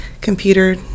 computer